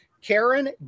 Karen